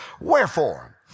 wherefore